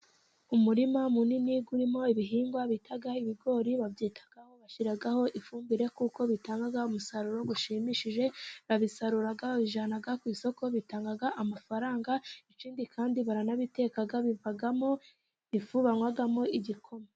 Umurima munini urimo ibihingwa bita ibigori babyitaho, bashyiraho ifumbire kuko bitanga umusaruro gushimishije. Babisarura babijyana ku isoko bitanga amafaranga, ikindi kandi baranabiteka bivamo ifu banywamo igikoma.